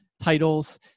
titles